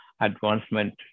advancement